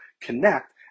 connect